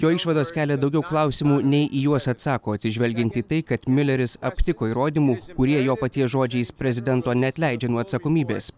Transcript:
jo išvados kelia daugiau klausimų nei į juos atsako atsižvelgiant į tai kad miuleris aptiko įrodymų kurie jo paties žodžiais prezidento neatleidžia nuo atsakomybės